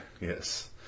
Yes